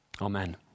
Amen